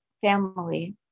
family